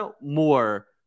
more